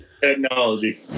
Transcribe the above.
Technology